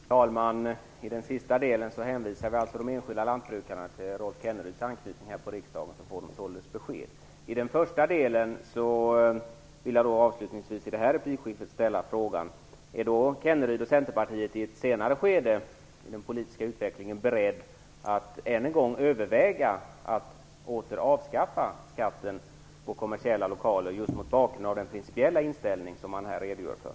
Fru talman! I den sista delen hänvisar vi alltså de enskilda lantbrukarna till Rolf Kenneryds anknytning här på riksdagen så får de besked. När det gäller min första fråga undrar jag avslutningsvis i detta replikskifte om Rolf Kenneryd och Centerpartiet i ett senare skede i den politiska utvecklingen är beredda att än en gång överväga att åter avskaffa skatten på kommersiella lokaler, just mot bakgrund av den principiella inställning som han här redogör för.